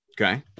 Okay